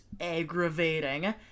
aggravating